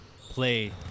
play